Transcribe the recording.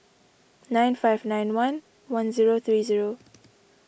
nine five nine one one zero three zero